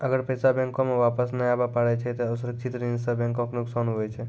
अगर पैसा बैंको मे वापस नै आबे पारै छै ते असुरक्षित ऋण सं बैंको के नुकसान हुवै छै